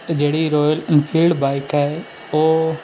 ਜਿਹੜੀ royal Enfield bike ਹੈ ਉਹ